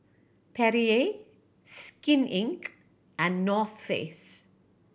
Perrier Skin Inc and North Face